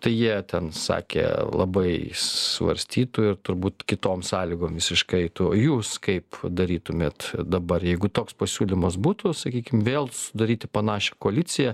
tai jie ten sakė labai svarstytų ir turbūt kitom sąlygom visiškai eitų o jūs kaip darytumėt dabar jeigu toks pasiūlymas būtų sakykim vėl sudaryti panašią koaliciją